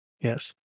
Yes